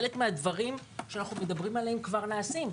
וחלק מהדברים שאנחנו מדברים עליהם כבר נעשים.